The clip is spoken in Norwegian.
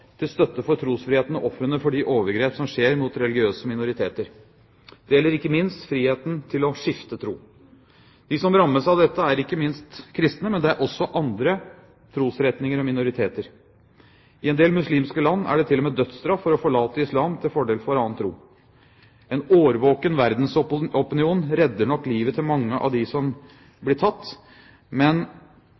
til støtte for trosfriheten og ofrene for de overgrep som skjer mot religiøse minoriteter. Det gjelder ikke minst friheten til å skifte tro. De som rammes av dette, er ikke minst kristne, men det er også andre trosretninger og minoriteter. I en del muslimske land er det til og med dødsstraff for å forlate islam til fordel for en annen tro. En årvåken verdensopinion redder nok livet til mange av dem som blir tatt, men